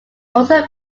also